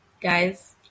Guys